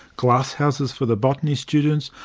glasshouses for the botany students,